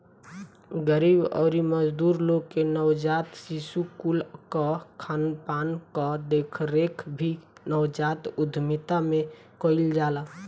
गरीब अउरी मजदूर लोग के नवजात शिशु कुल कअ खानपान कअ देखरेख भी नवजात उद्यमिता में कईल जाला